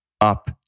up